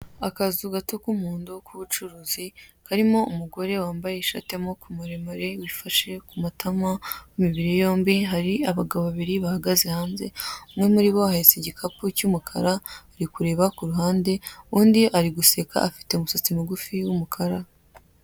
Akazu gato k'umuhondo k'ubucuruzi karimo umugore wambaye ishati y'amaboko maremare wifashe ku matama, w'imibiri yombi. Hari abagabo babiri bahagaze hanze: umwe muri bo ahetse igikapu cy'umukara, ari kureba ku ruhande, undi ari guseka, afite umusatsi mugufi w'umukara.